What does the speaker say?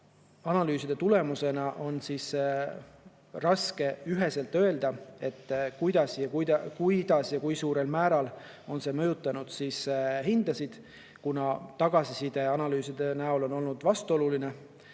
on hetkel see, et on raske üheselt öelda, kuidas ja kui suurel määral on see mõjutanud hindasid, kuna tagasiside analüüside näol on olnud vastuoluline.